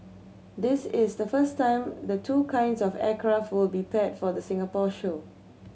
this is the first time the two kinds of aircraft will be paired for the Singapore show